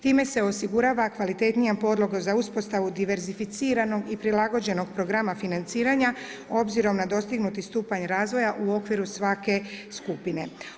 Time se osigurava kvalitetnija podloga za uspostavu diversificiranog i prilagođenog programa financiranja obzirom na dostignuti stupanj razvoja u okviru svake skupine.